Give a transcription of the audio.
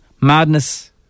madness